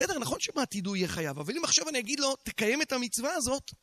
בסדר, נכון שבעתיד הוא יהיה חייב, אבל אם עכשיו אני אגיד לו, תקיים את המצווה הזאת...